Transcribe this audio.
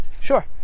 Sure